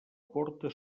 porta